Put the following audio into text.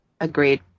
Agreed